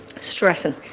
stressing